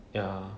ya